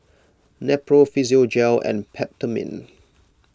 Nepro Physiogel and Peptamen